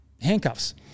handcuffs